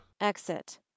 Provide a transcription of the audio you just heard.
exit